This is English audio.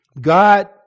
God